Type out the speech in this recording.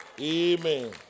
Amen